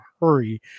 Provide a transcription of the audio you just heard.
hurry